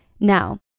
Now